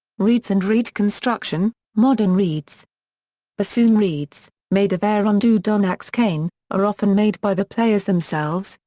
reeds and reed construction modern reeds bassoon reeds, made of arundo donax cane, are often made by the players themselves,